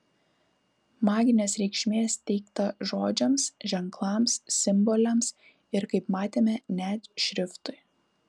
maginės reikšmės teikta žodžiams ženklams simboliams ir kaip matėme net šriftui